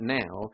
now